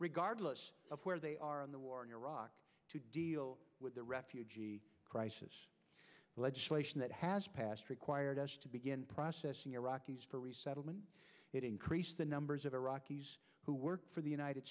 regardless of where they are in the war in iraq to deal with the refugee crisis legislation that has passed required us to begin processing iraqis for resettlement that increase the numbers of iraqis who work for the united